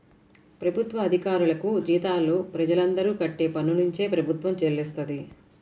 ప్రభుత్వ అధికారులకు జీతాలు ప్రజలందరూ కట్టే పన్నునుంచే ప్రభుత్వం చెల్లిస్తది